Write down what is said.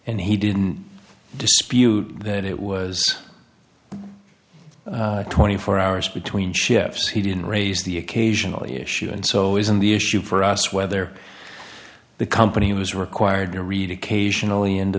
and he didn't dispute that it was twenty four hours between shifts he didn't raise the occasional issue and so isn't the issue for us whether the company was required to read occasionally into